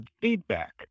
feedback